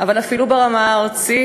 אבל אפילו ברמה הארצית,